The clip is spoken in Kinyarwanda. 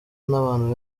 n’abantu